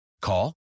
Call